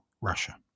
Russia